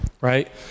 Right